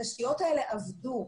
התשתיות האלה עבדו,